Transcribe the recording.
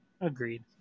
Agreed